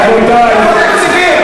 רבותי,